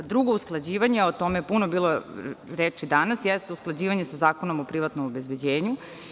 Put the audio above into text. Drugo usklađivanje, o tome je puno bilo reči danas, jeste usklađivanje sa Zakonom o privatnom obezbeđenju.